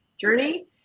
journey